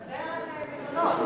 דבר על מזונות.